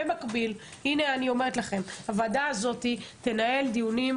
במקביל אני אומרת לכם שהוועדה הזאת תנהל דיונים,